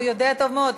הוא יודע טוב מאוד.